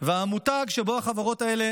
והמותג שבו החברות האלה